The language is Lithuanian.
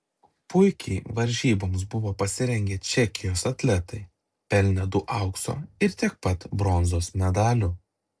puikiai varžyboms buvo pasirengę čekijos atletai pelnė du aukso ir tiek pat bronzos medalių